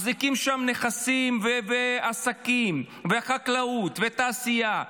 מחזיקים שם נכסים ועסקים וחקלאות ותעשייה,